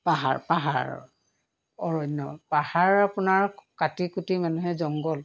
পাহাৰ পাহাৰ অৰণ্য পাহাৰ আপোনাৰ কাটি কুটি মানুহে জংঘল